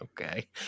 Okay